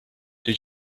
did